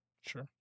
Sure